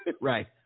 Right